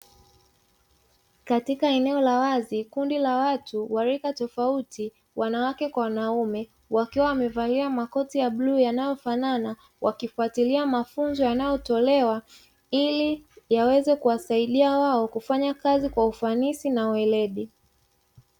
Katika eneo la wazi, kundi la watu wa rika tofauti, wanawake kwa wanaume. Wakiwa wamevalia makoti ya bluu yanayofanana, Wakifatilia mafunzo yanayotolewa, ili yaweze kuwasaidia wao, kufanya kazi kwa ufanisi na ueledi.